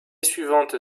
suivante